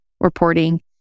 reporting